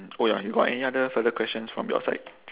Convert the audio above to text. oh ya you got any other further questions from your side